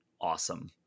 awesome